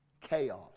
chaos